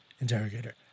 Interrogator